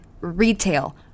retail